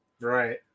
Right